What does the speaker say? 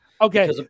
okay